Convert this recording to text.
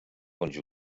bądź